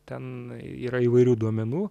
ten yra įvairių duomenų